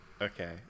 Okay